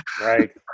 right